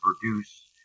produce